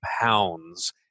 pounds